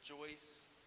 rejoice